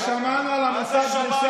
שמענו על הנורבגים,